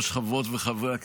הצבעה מס'